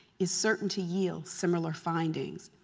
is certain to yield similar findings.